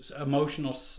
emotional